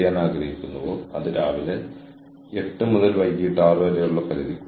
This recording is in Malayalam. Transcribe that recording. പക്ഷേ നിങ്ങൾ മറ്റൊരാളുടെ വൈദഗ്ധ്യത്തെ ലംഘിക്കുന്നില്ല